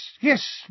yes